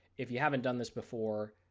if you haven't done this before,